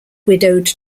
widowed